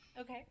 Okay